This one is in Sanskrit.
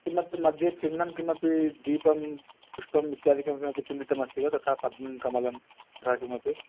किमपि मध्ये चिह्नं किमपि दीपं पुष्पम् इत्यादिकं किमपि चिन्तितमस्ति वा तथा पद्मं कमलं तथा किमपि